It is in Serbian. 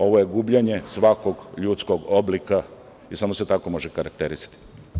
Ovo je gubljenje svakog ljudskog oblika i samo se tako može karakterisati.